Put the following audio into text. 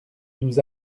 nous